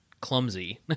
clumsy